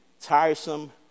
tiresome